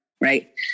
right